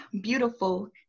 beautiful